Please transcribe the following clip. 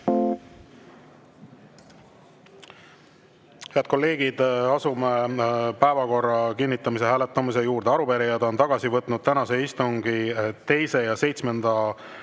Head kolleegid, asume päevakorra kinnitamise hääletamise juurde. Arupärijad on tagasi võtnud tänase istungi teiseks